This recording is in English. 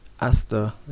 Asta